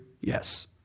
Yes